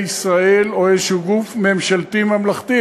ישראל או של איזה גוף ממשלתי ממלכתי,